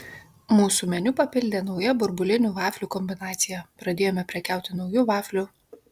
mūsų meniu papildė nauja burbulinių vaflių kombinacija pradėjome prekiauti nauju vafliu